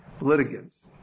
litigants